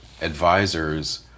advisors